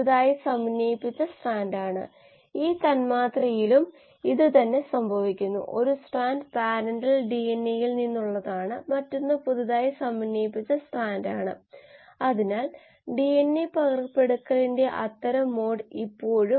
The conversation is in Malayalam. അതിനാൽ ഞാൻ നിങ്ങൾക്ക് ഒരു ഉദാഹരണം കാണിച്ചു അവിടെ രണ്ട് പ്രധാന വശങ്ങൾ ഒന്ന് കോശത്തിനെ വിശദമായി നോക്കുന്നു തുടർന്ന് കോശത്തെ പരിഷ്ക്കരിക്കുന്നത് ഈ സാഹചര്യത്തിൽ എൽ ലൈസിൻ ഉൽപ്പന്നത്തിന്റെ അളവ് മെച്ചപ്പെടുത്തുന്നതായി നോക്കുന്നു ഇൻസുലിൻ ഉൽപാദനത്തിനായി ആർഡിഎൻഎ വളരെയധികം ഉപയോഗിച്ചു